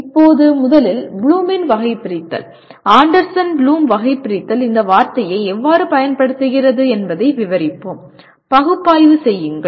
இப்போது முதலில் ப்ளூமின் வகைபிரித்தல் ஆண்டர்சன் ப்ளூமின் வகைபிரித்தல் இந்த வார்த்தையை எவ்வாறு பயன்படுத்துகிறது என்பதை விவரிப்போம் பகுப்பாய்வு செய்யுங்கள்